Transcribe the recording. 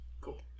Cool